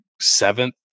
seventh